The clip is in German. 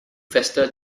feste